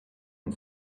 and